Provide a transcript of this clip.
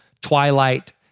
Twilight